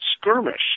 skirmish